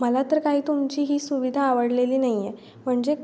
मला तर काही तुमची ही सुविधा आवडलेली नाही आहे म्हणजे